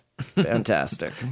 Fantastic